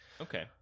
okay